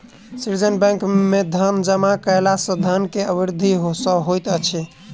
सृजन बैंक में धन जमा कयला सॅ धन के वृद्धि सॅ होइत अछि